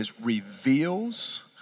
reveals